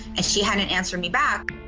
and she hadn't answered me back.